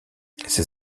ses